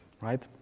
right